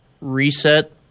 reset